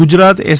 Gujarat S